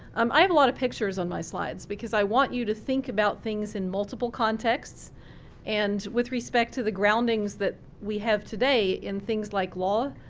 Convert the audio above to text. um i have a lot of pictures on my slides because i want you think about things in multiple contexts and with respect to the groundings that we have today in things like law,